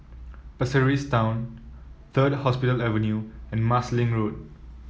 Pasir Ris Town Third Hospital Avenue and Marsiling Road